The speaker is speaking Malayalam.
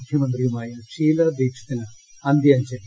മുഖ്യമന്ത്രിയുമായ ഷീലാ ദീക്ഷിത്തിന് അന്ത്യാജ്ഞലി